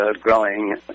growing